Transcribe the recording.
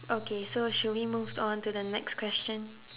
okay so should we move on to the next question